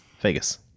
Vegas